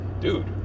Dude